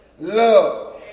love